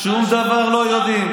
שום דבר לא יודעים.